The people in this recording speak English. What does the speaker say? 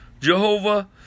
Jehovah